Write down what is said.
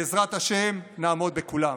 בעזרת השם, נעמוד בכולם.